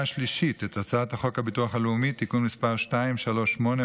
השלישית את הצעת חוק הביטוח הלאומי (תיקון מס' 238,